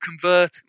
convert